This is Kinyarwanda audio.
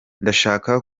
ndashaka